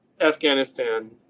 Afghanistan